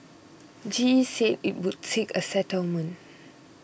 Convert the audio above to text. G E said it would seek a settlement